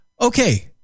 okay